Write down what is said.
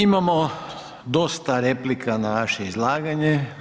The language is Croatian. Imamo dosta replika na vaše izlaganje.